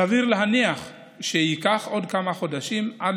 סביר להניח שייקח עוד כמה חודשים עד